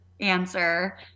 answer